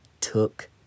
took